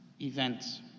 events